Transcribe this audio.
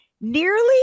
nearly